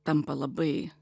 tampa labai